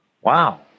Wow